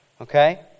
Okay